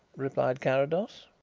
replied carrados.